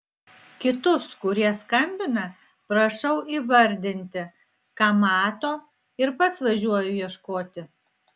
kitus kurie skambina prašau įvardinti ką mato ir pats važiuoju ieškoti